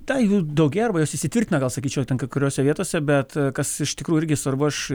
tai jų daugėja arba jos įsitvirtina gal sakyčiau ten kai kuriose vietose bet kas iš tikrų irgi svarbu aš